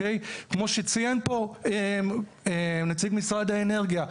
כמו שציין פה נציג משרד האנרגיה,